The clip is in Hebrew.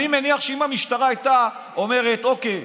אני מניח שאם המשטרה הייתה אומרת: אוקיי,